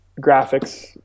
graphics